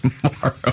tomorrow